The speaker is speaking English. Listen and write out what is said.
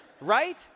right